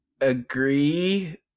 agree